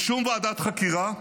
שום ועדת חקירה,